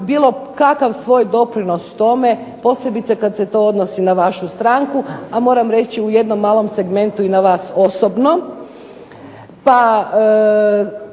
bilo kakav svoj doprinos tome posebice kad se to odnosi na vašu stranku, a moram reći u jednom malom segmentu i na vas osobno